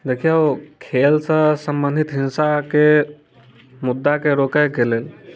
देखियौ खेलसँ सम्बन्धित हिंसाके मुद्दाकेँ रोकैके लेल